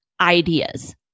ideas